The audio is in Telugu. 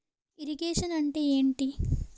ఇరిగేషన్ అంటే ఏంటీ?